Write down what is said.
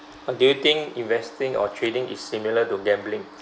uh do you think investing or trading is similar to gambling